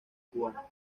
cubana